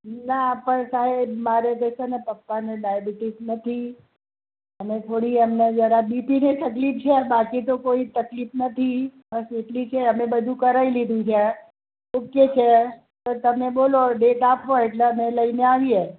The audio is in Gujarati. ના પણ સાહેબ મારે તો છે ને પપ્પાને ડાયબીટીસ નથી અને થોડી એમને જરા બી પીની તકલીફ છે બાકી તો કોઈ તકલીફ નથી બસ એટલી જ છે કે અમે બધું કરાવી લીધું છે ઓકે છે સર તમે બોલો ડેટ આપો એટલે અમે લઈને આવીએ